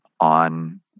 on